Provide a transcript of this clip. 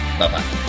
Bye-bye